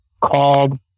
called